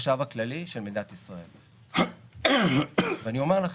כחשב הכללי של מדינת ישראל ואני אומר לכם,